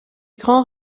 grands